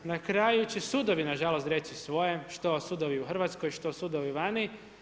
Na kraju će sudovi na žalost reći svoje što sudovi u Hrvatskoj, što sudovi vani.